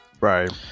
right